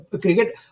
cricket